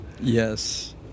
Yes